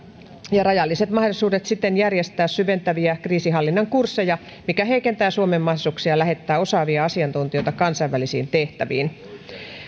ja rajalliset mahdollisuudet siten järjestää syventäviä kriisinhallinnan kursseja mikä heikentää suomen mahdollisuuksia lähettää osaavia asiantuntijoita kansainvälisiin tehtäviin